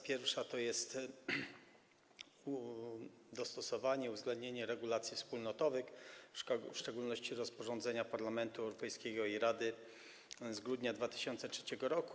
Pierwsza to jest dostosowanie, uwzględnienie regulacji wspólnotowych, w szczególności rozporządzenia Parlamentu Europejskiego i Rady z grudnia 2013 r.